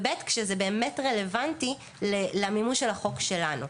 וב' כשזה באמת רלוונטי למימוש של החוק שלנו.